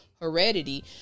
heredity